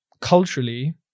culturally